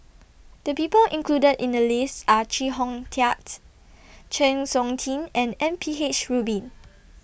The People included in The list Are Chee Hong Tat Chng Seok Tin and M P H Rubin